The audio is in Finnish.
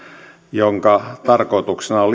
jonka tarkoituksena on